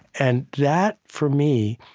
and that, for me,